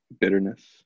bitterness